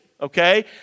Okay